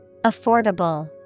Affordable